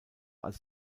als